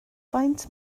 faint